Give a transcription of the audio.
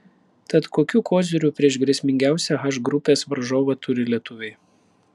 tad kokių kozirių prieš grėsmingiausią h grupės varžovą turi lietuviai